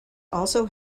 also